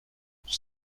pour